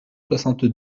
soixante